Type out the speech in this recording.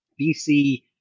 bc